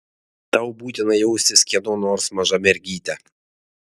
tau būtina jaustis kieno nors maža mergyte